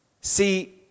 See